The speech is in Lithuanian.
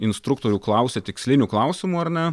instruktorių klausia tikslinių klausimų ar ne